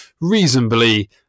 reasonably